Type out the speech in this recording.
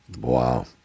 Wow